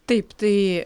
taip tai